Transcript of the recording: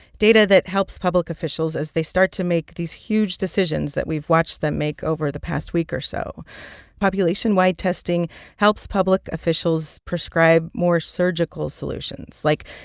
data that helps public officials as they start to make these huge decisions that we've watched them make over the past week or so population-wide testing helps public officials prescribe prescribe more surgical solutions. like,